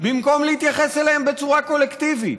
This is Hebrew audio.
במקום להתייחס אליהם בצורה קולקטיבית,